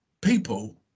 people